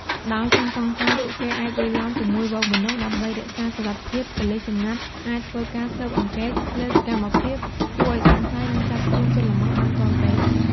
ដោយជនសង្ស័យ ពួកគេអាចលាយឡំជាមួយហ្វូងមនុស្ស ដើម្បីរក្សាសុវត្តិភាពប៉ូលិសសម្ងាត់អាច ធ្វើការស៊ើបអង្កេត លើសកម្មភាពគួរឱ្យសង្ស័យ និងចាប់ខ្លួនជនល្មើសបានទាន់ពេល។